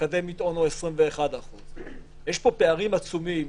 באקדמית אונו 21%. יש פה פערים עצומים.